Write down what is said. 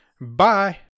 bye